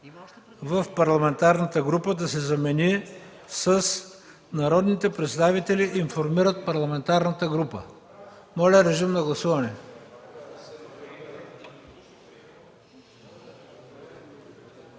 в парламентарната група” да се замени с „народните представители информират парламентарната група”. Моля, гласувайте.